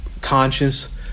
conscious